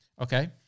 Okay